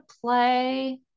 play